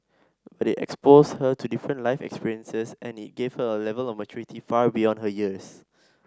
but it exposed her to different life experiences and it gave her A Level of maturity far beyond her years